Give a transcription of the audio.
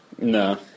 No